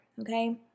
okay